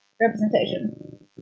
representation